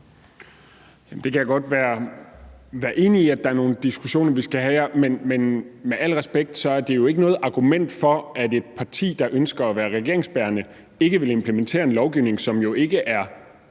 Jeg kan godt være enig i, at der er nogle diskussioner, vi skal have her, men med al respekt er det jo ikke noget argument for, at et parti, der ønsker at være regeringsbærende, ikke vil implementere noget EU-lovgivning. Der er jo ikke